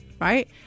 right